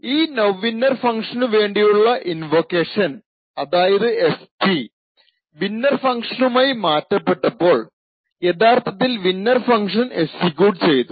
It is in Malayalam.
ഈ നൌഇന്നർ ഫങ്ക്ഷനു വേണ്ടിയുള്ള ഇൻവോക്കേഷൻ അതായതു ഈ fp വിന്നെർ ഫങ്ക്ഷനുമായി മാറ്റപ്പെട്ടപ്പോൾ യഥാർത്ഥത്തിൽ വിന്നെർ ഫങ്ക്ഷൻ എക്സിക്യൂട്ട് ചെയ്തു